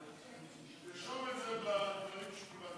תרשום את זה בדברים של,